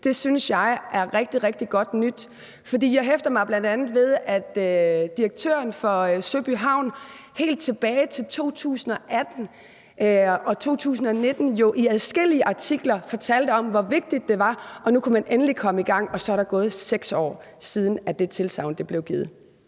Det synes jeg er rigtig, rigtig godt nyt. For jeg hæfter mig bl.a. ved, at direktøren for Søby Havn helt tilbage i 2018 og 2019 jo i adskillige artikler fortalte om, hvor vigtigt det var, og at man nu endelig kunne komme i gang, og så er der gået 6 år, siden det tilsagn blev givet.